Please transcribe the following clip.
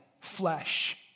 flesh